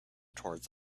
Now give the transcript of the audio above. towards